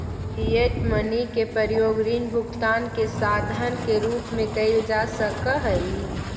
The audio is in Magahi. फिएट मनी के प्रयोग ऋण भुगतान के साधन के रूप में कईल जा सकऽ हई